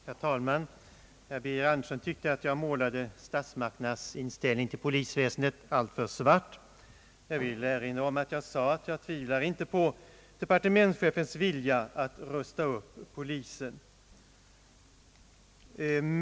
Herr talman! Herr Birger Andersson tyckte att jag målade statsmakternas inställning till polisväsendet alltför svart. Jag vill då erinra om att jag sade att jag inte tvivlar på departementschefens önskan och strävan att rusta upp polisväsendet.